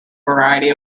variety